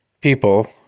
people